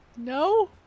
No